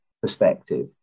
perspective